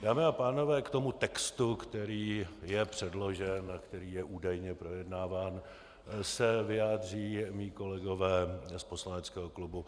Dámy a pánové, k tomu textu, který je předložen a který je údajně projednáván, se vyjádří mí kolegové z poslaneckého klubu.